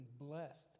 blessed